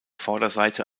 vorderseite